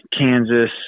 Kansas